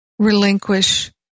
Relinquish